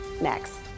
next